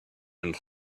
and